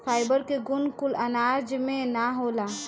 fibre के गुण कुल अनाज में ना होला